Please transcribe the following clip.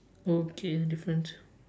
okay difference